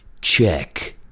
Check